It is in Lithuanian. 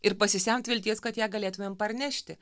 ir pasisemt vilties kad ją galėtumėm parnešti